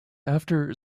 after